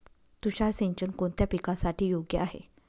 तुषार सिंचन कोणत्या पिकासाठी योग्य आहे?